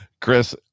Chris